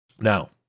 Now